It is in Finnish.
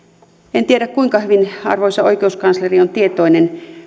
en tiedä kuinka hyvin arvoisa oikeuskansleri on tietoinen